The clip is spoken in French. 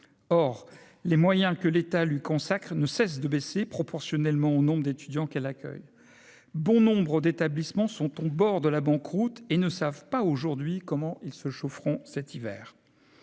or les moyens que l'État lui consacrent ne cesse de baisser proportionnellement au nombre d'étudiants qu'elle accueille bon nombre d'établissements sont au bord de la banqueroute et ne savent pas aujourd'hui comment ils se chaufferont cet hiver,